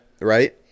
Right